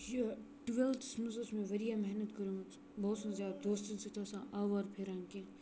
یہِ ٹُوٮ۪لتھَس منٛز اوس مےٚ واریاہ محنت کٔرمٕژ بہٕ اوسُس نہٕ زیادٕ دوستَن سۭتۍ آسان آوار پھیران کینٛہہ